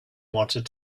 wanted